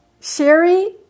Sherry